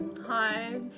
Hi